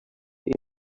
your